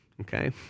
Okay